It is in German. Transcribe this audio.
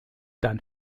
dann